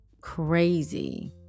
crazy